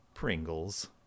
Pringles